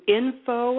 info